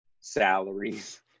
salaries